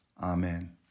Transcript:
Amen